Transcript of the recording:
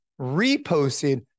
reposted